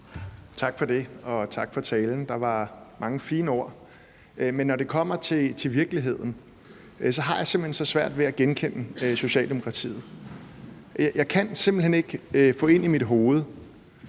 Tak for det, og tak for talen. Der var mange fine ord, men når det kommer til virkeligheden, har jeg simpelt hen så svært ved at genkende Socialdemokratiet. Jeg kan simpelt hen ikke få ind i mit hoved,